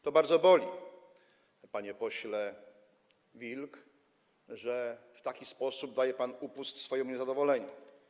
To bardzo boli, panie pośle Wilk, że w taki sposób daje pan upust swojemu niezadowoleniu.